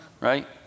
right